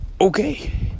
Okay